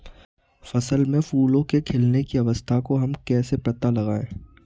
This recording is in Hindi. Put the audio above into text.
फसल में फूलों के खिलने की अवस्था का हम कैसे पता लगाएं?